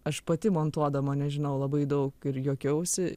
aš pati montuodama nežinau labai daug ir juokiausi